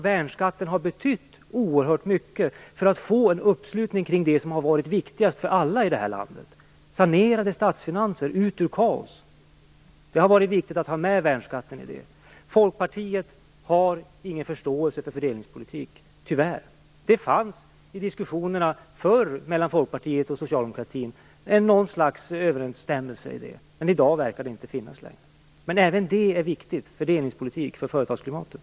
Värnskatten har också betytt oerhört mycket för att få till stånd en uppslutning kring det som har varit viktigast för alla i det här landet, att sanera statsfinanserna och komma ut ur kaos. Det har varit viktigt att ha med värnskatten i det. Folkpartiet har ingen förståelse för fördelningspolitik. Tyvärr. Det fanns förr i diskussionerna mellan Folkpartiet och Socialdemokraterna något slags överensstämmelse på den punkten, men i dag verkar en sådan överensstämmelse inte finnas längre. Även fördelningspolitiken är viktig för företagsklimatet.